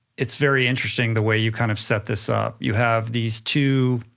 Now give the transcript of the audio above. it's very interesting, the way you kind of set this up. you have these two